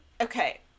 okay